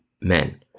men